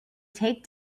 take